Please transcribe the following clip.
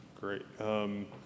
Great